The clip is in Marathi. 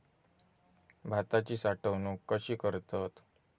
भाताची साठवूनक कशी करतत?